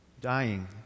dying